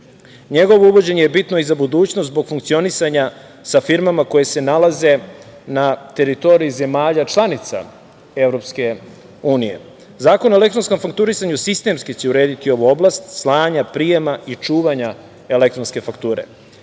njegovo uvođenje je bitno i za budućnost zbog funkcionisanja sa firmama koje se nalaze na teritoriji zemalja članica EU.Zakon o elektronskom fakturisanju, sistemski će urediti ovu oblast slanja, prijema i čuvanja elektronske fakture.